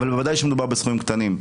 אבל ודאי שמדובר בסכומים קטנים.